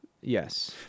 Yes